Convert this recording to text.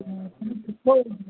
ॾिठो मां